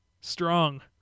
strong